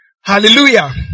Hallelujah